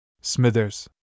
Smithers